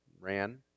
ran